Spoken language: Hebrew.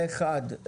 פה אחד.